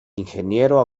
ingeniero